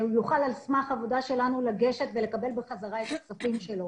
שהוא יוכל על סמך עבודה שלנו לגשת ולקבל בחזרה את הכספים שלו,